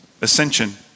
Ascension